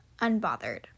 Unbothered